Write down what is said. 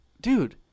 Dude